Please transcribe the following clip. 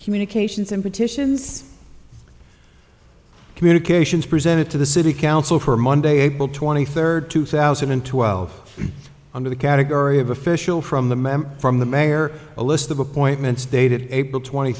communications and petitions communications presented to the city council for monday april twenty third two thousand and twelve under the category of official from the memo from the mayor a list of appointments dated april twenty